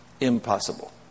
Impossible